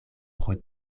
pro